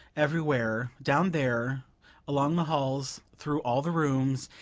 everywhere, down there along the halls, through all the rooms,